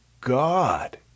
God